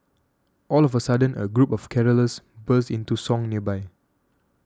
all of a sudden a group of carollers burst into song nearby